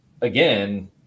again